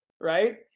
Right